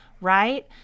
right